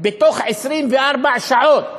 בתוך 24 שעות